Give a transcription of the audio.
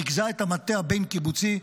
ריכזה את המטה הבין-קיבוצי,